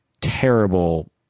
terrible